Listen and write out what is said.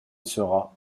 sera